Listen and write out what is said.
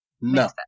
No